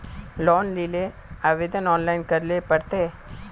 Loan लेले आवेदन online करे ले पड़ते?